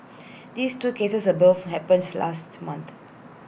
these two cases above happens last month